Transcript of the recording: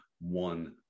one